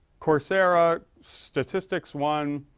coursera statistics one,